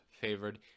favored